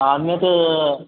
अन्यत्